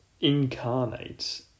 incarnate